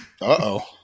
Uh-oh